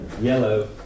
yellow